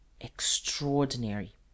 Extraordinary